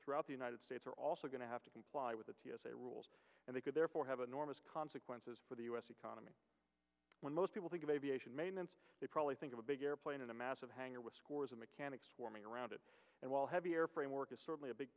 throughout the united states are also going to have to comply with the t s a rules and they could therefore have enormous consequences for the u s economy when most people think of aviation maintenance they probably think of a big airplane and a massive hangar with scores of mechanics forming around it and while heavy airframe work is certainly a big